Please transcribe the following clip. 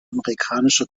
amerikanische